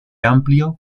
amplio